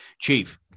chief